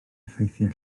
effeithiau